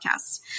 podcast